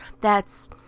that's